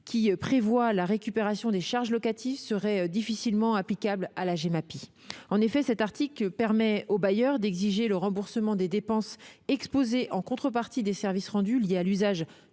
qui prévoit la récupération des charges locatives, serait difficilement applicable à la Gemapi. En effet, cet article permet au bailleur d'exiger le remboursement des dépenses exposées en contrepartie des services rendus liés à l'usage